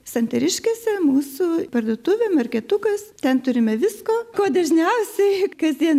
santariškėse mūsų parduotuvė marketukas ten turime visko ko dažniausiai kasdien